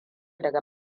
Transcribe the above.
daga